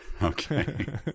Okay